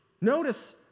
Notice